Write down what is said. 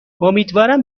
امیدوارم